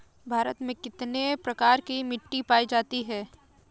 भारत में कितने प्रकार की मिट्टी पाई जाती है?